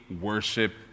worship